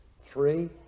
Three